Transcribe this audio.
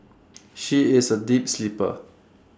she is A deep sleeper